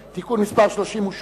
בשיווק השקעות ובניהול תיקי השקעות (תיקון מס' 13),